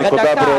הנקודה ברורה.